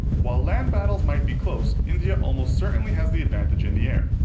while land battles might be close, india almost certainly has the advantage in the air.